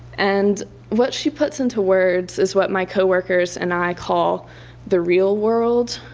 and what she puts into words is what my co-workers and i call the real world,